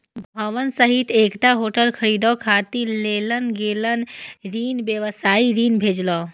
भवन सहित एकटा होटल खरीदै खातिर लेल गेल ऋण व्यवसायी ऋण भेलै